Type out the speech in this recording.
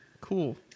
cool